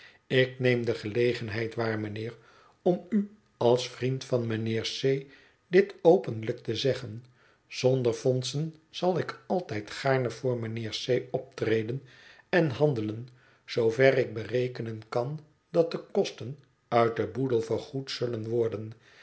ik neem de gelegenheid waar mijnheer om u als vriend van mijnheer c dit openlijk te zeggen zonder fondsen zal ik altijd gaarne voor mijnheer o optreden en handelen zoover ik berekenen kan dat de kosten uit den boedel vergoed zullen worden